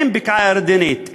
אין בקעה ירדנית,